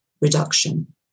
reduction